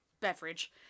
beverage